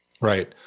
Right